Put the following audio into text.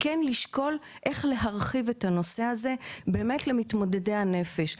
כן לשקול איך להרחיב את הנושא הזה למתמודדי הנפש.